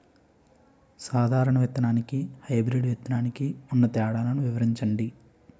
సాధారణ విత్తననికి, హైబ్రిడ్ విత్తనానికి ఉన్న తేడాలను వివరించండి?